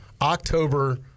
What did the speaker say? October